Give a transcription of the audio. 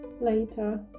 later